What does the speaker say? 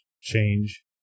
change